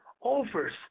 offers